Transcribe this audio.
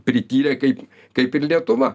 prityrę kaip kaip ir lietuva